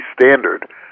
standard